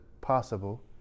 possible